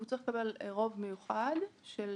הוא צריך לקבל רוב מיוחד של